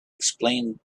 explained